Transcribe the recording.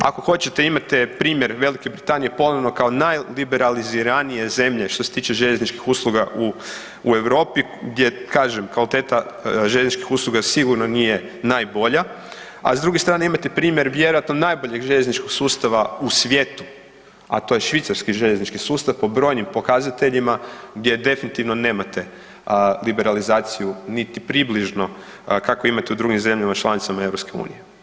Ako hoćete imate primjer Velike Britanije ponovno kao najliberaliziranije zemlje što se tiče željezničkih usluga u, u Europi gdje, kažem, kvaliteta željezničkih usluga sigurno nije najbolja, a s druge strane imate primjer vjerojatno najboljeg željezničkog sustava u svijetu, a to je švicarski željeznički sustav po brojnim pokazateljima gdje definitivno nemate liberalizaciju niti približno kakvu imate u drugim zemljama članicama EU.